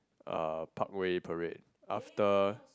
uh Parkway-Parade after